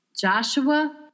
Joshua